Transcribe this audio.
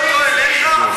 אתה משווה אותו אליך?